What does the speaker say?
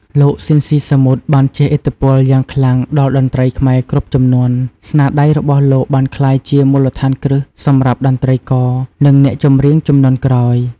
លោក ស៊ីន ស៊ីសាមុត បានជះឥទ្ធិពលយ៉ាងខ្លាំងដល់តន្ត្រីខ្មែរគ្រប់ជំនាន់ ស្នាដៃរបស់លោកបានក្លាយជាមូលដ្ឋានគ្រឹះសម្រាប់តន្ត្រីករ និងអ្នកចម្រៀងជំនាន់ក្រោយ។